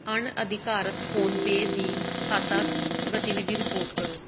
ਅਣਅਧਿਕਾਰਤ PhonePe ਦੀ ਖਾਤਾ ਗਤੀਵਿਧੀ ਰਿਪੋਰਟ ਕਰੋ